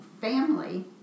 family